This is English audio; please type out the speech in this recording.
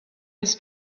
his